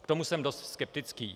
K tomu jsem dost skeptický.